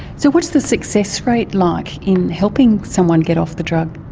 so what's the success rate like in helping someone get off the drug?